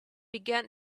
began